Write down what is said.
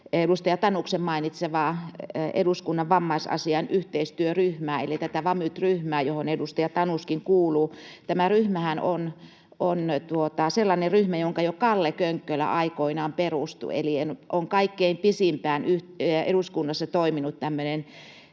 edustaja Tanuksen mainitsemaa Eduskunnan vammaisasiain yhteistyöryhmää eli tätä Vamyt-ryhmää, johon edustaja Tanuskin kuuluu. Tämä ryhmähän on sellainen ryhmä, jonka jo Kalle Könkkölä aikoinaan perusti, eli se on kaikkein pisimpään eduskunnassa toiminut tämmöinen